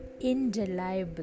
indelible